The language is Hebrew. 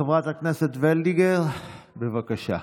חברת הכנסת וולדיגר, בבקשה.